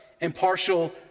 impartial